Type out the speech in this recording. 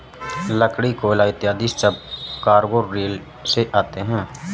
लकड़ी, कोयला इत्यादि सब कार्गो रेल से आते हैं